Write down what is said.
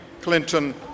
Clinton